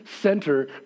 center